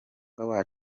n’amahanga